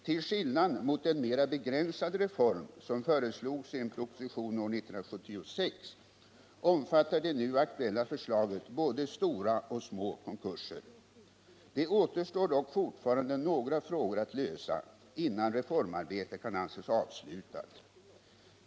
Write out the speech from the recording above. Till skillnad mot den mera begränsade reform som föreslogs i en proposition år 1976 omfattar det nu aktuella förslaget både stora och små konkurser. Det återstår dock fortfarande några frågor att lösa innan reformarbetet kan anses avslutat.